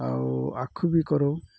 ଆଉ ଆଖୁ ବି କରାଉ